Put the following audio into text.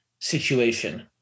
situation